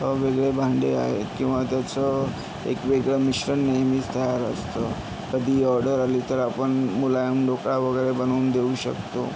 वेगळे भांडे आहेत किंवा त्याचं एक वेगळं मिश्रण नेहमीच तयार असतं कधी ऑर्डर आली तरं आपण मुलायम ढोकळा वगैरे बनवून देऊ शकतो